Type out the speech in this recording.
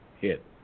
hit